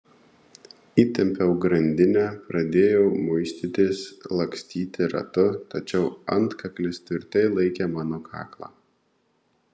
įtempiau grandinę pradėjau muistytis lakstyti ratu tačiau antkaklis tvirtai laikė mano kaklą